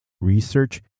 research